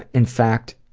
in fact